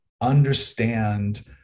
understand